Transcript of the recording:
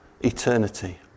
eternity